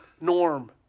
norm